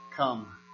Come